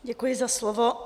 Děkuji za slovo.